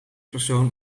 persoon